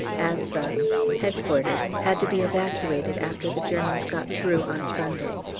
as the headquarters had to be evacuated after the germans got through on sunday.